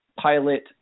pilot